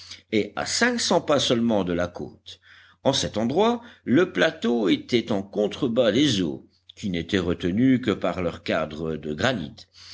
et à cinq cents pas seulement de la côte en cet endroit le plateau était en contre-bas des eaux qui n'étaient retenues que par leur cadre de granit